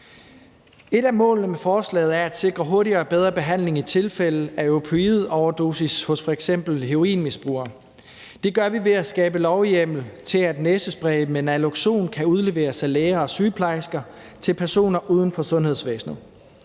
Et af målene med forslaget er at sikre hurtigere og bedre behandling i tilfælde af opioidoverdosis hos f.eks. heroinmisbrugere. Det gør vi ved at skabe lovhjemmel til, at næsespray med naloxon kan udleveres af læger og sygeplejersker til personer uden for sundhedsvæsenet.